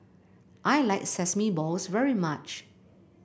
I like Sesame Balls very much